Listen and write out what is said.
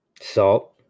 salt